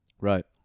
right